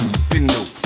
spindle